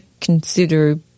consider